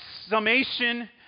summation